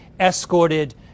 escorted